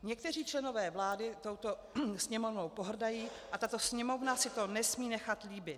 Někteří členové vlády touto Sněmovnou pohrdají a tato Sněmovna si to nesmí nechat líbit.